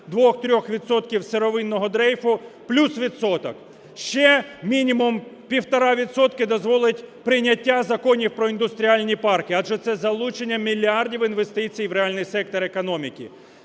сировинного дрейфу – плюс відсоток. Ще мінімум 1,5 відсотки дозволить прийняття Законів про індустріальні парки, адже це залучення мільярдів інвестицій в реальний сектор економіки.